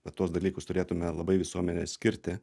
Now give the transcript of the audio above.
va tuos dalykus turėtume labai visuomenė skirti